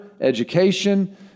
education